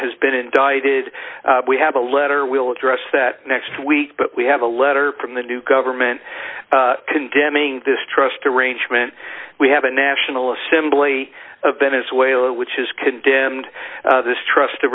has been indicted we have a letter we'll address that next week but we have a letter from the new government condemning this trust arrangement we have a national assembly of venezuela which has condemned this trust the